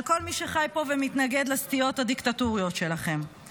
על כל מי שחי פה ומתנגד לסטיות הדיקטטוריות שלכם.